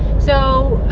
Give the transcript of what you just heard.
so